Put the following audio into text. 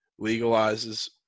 legalizes